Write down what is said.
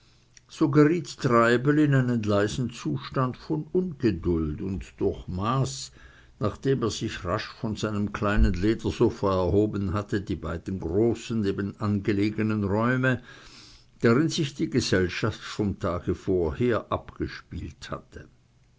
so geriet treibel in einen leisen zustand von ungeduld und durchmaß nachdem er sich rasch von seinem kleinen ledersofa erhoben hatte die beiden großen nebenan gelegenen räume darin sich die gesellschaft vom tage vorher abgespielt hatte